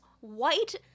white